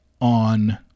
on